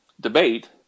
debate